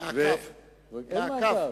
מעקב, מעקב.